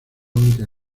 única